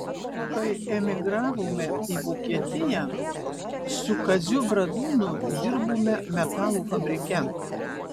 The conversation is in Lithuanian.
kai emigravome į vokietiją su kaziu bradūnu dirbome metalo fabrike